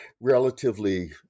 relatively